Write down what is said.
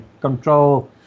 control